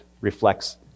reflects